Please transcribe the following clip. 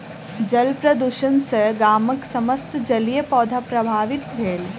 जल प्रदुषण सॅ गामक समस्त जलीय पौधा प्रभावित भेल